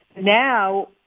Now